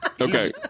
okay